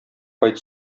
кайт